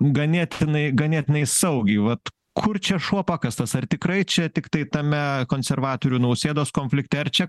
ganėtinai ganėtinai saugiai vat kur čia šuo pakastas ar tikrai čia tiktai tame konservatorių nausėdos konflikte ar čia